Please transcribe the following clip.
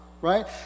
right